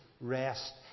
rest